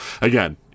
again